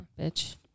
Bitch